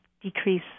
decrease